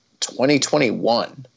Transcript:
2021